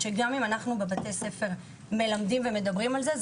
כשאנחנו מלמדים ומדברים על זה בבית הספר,